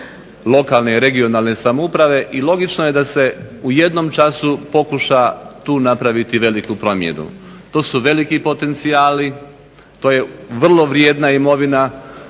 lokalne i regionalne samouprave. i logično je da se u jednom času pokuša tu napraviti veliku promjenu. Tu su veliki potencijali, to je vrlo vrijedna imovina,